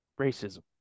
Racism